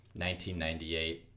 1998